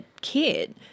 kid